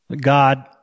God